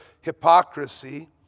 hypocrisy